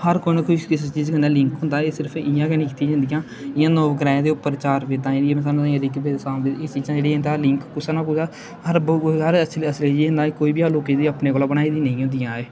हर कोई ना कुछ कुसै चीज कन्नै लिंक होंदा ऐ एह् सिर्फ इ'यां गै नेईं कीती जंदियां जियां नौ ग्रहें दे उप्पर चार बेदा जेह्ड़ियां न सानूं ऋृग बेद साम बेद एह् जेह्ड़ी चीजां इं'दा लिंक कुसै ना कुदै हर हर असली असली चीज होंदी ऐ कोई बी चीज लोकें दी अपने कोला बनाई दी नेईं होंदियां एह्